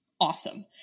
awesome